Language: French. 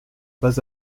pas